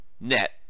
net